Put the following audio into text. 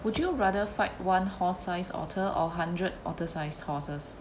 would you rather fight one horse size otter or hundred otter sized horses